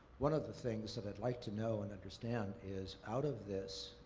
one of the things that i'd like to know and understand is out of this,